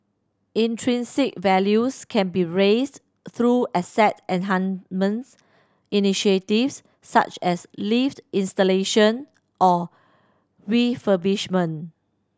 intrinsic values can be raised through asset enhancements initiatives such as lift installation or refurbishment